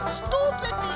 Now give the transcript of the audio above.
stupid